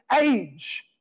age